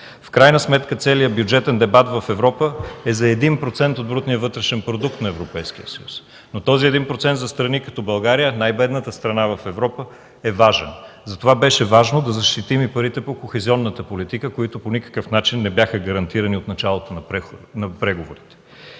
В крайна сметка целият бюджетен дебат в Европа е за 1% от брутния вътрешен продукт на Европейския съюз. Този 1% за страни като България, най-бедната страна в Европа, е важен. Затова беше важно да защитим и парите по кохезионната политика, които по никакъв начин не бяха гарантирани от началото на преговорите.